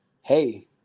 Hey